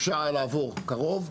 אפשר היה לעבור קרוב.